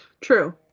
True